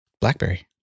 BlackBerry